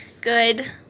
good